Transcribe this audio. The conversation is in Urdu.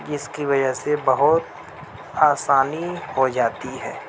جس کی وجہ سے بہت آسانی ہو جاتی ہے